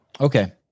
Okay